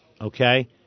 Okay